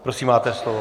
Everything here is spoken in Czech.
Prosím, máte slovo.